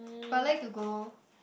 but I like to go